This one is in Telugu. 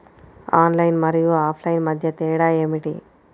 ఆన్లైన్ మరియు ఆఫ్లైన్ మధ్య తేడా ఏమిటీ?